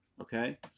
Okay